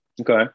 okay